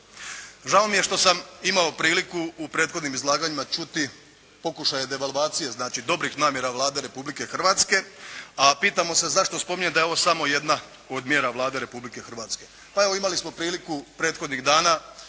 Žao mi je što sam imao priliku u prethodnim izlaganjima čuti pokušaje devalvacije znači dobrih namjera Vlade Republike Hrvatske a pitamo se zašto spominjem da je ovo samo jedna od mjera Vlade Republike Hrvatske. Pa evo imali smo priliku prethodnih dana